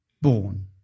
born